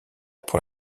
pour